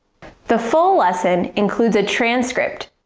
the full lesson includes a transcript,